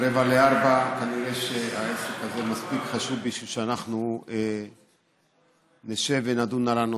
03:45. העסק הזה מספיק חשוב בשביל שאנחנו נשב ונדון על הנושא.